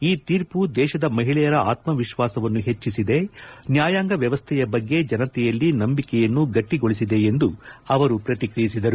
ಈ ತೀರ್ಮ ದೇಶದ ಮಹಿಳೆಯರ ಆತ್ಮ ವಿಶ್ವಾಸವನ್ನು ಹೆಚ್ಚಿಸಿದೆ ನ್ಯಾಯಾಂಗ ವ್ಯವಸ್ಥೆಯ ಬಗ್ಗೆ ಜನತೆಯಲ್ಲಿ ನಂಬಿಕೆಯನ್ನು ಗಟ್ಟಗೊಳಿಸಿದೆ ಎಂದು ಅವರು ಪ್ರತಿಕ್ರಿಯಿಸಿದರು